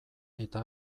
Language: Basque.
eta